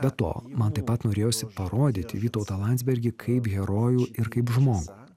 be to man taip pat norėjosi parodyti vytautą landsbergį kaip herojų ir kaip žmogų